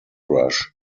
rush